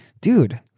dude